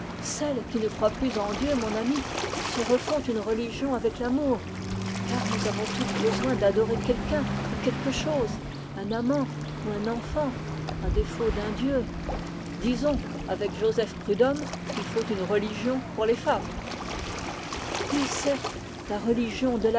celles qui ne croient plus en dieu mon ami se refont une religion avec l'amour car nous avons toutes besoin d'adorer quelqu'un ou quelque chose un amant ou un enfant à défaut d'un dieu on l'a dit il faut une religion pour les femmes au moins la religion de